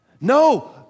No